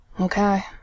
Okay